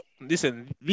listen